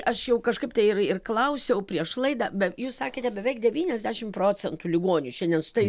aš jau kažkaip tai ir ir klausiau prieš laidą bet jūs sakėte beveik devyniasdešimt procentų ligonių šiandien su tais